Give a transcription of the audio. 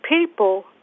people